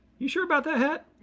you sure about that hat?